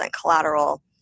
collateral